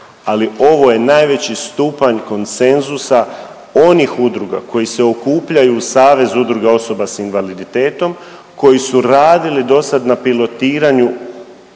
ali ovo je najveći stupanj konsenzusa onih udruga koji se okupljaju u Savez udruga osoba s invaliditetom, koji su radili dosad na pilotiranju